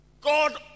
God